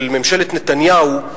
של ממשלת נתניהו,